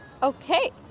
Okay